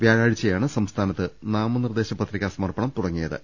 വ്യാഴാഴ്ച യാണ് സംസ്ഥാനത്ത് നാമനിർദേശ പത്രിക സമർപ്പണം തുടങ്ങിയ ത്